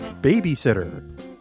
babysitter